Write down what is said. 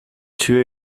two